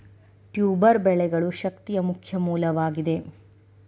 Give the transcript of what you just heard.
tuber ಬೆಳೆಗಳು ಶಕ್ತಿಯ ಮುಖ್ಯ ಮೂಲವಾಗಿದೆ